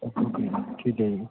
ਠੀਕ ਹੈ ਜੀ